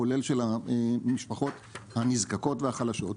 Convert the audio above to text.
כולל של המשפחות הנזקקות והחלשות,